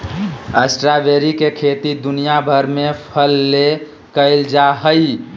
strawberry के खेती दुनिया भर में फल ले कइल जा हइ